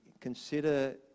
consider